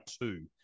two